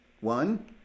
One